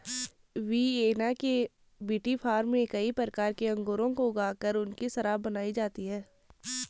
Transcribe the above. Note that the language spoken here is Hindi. वियेना के विटीफार्म में कई प्रकार के अंगूरों को ऊगा कर उनकी शराब बनाई जाती है